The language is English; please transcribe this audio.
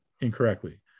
incorrectly